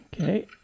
Okay